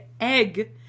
Egg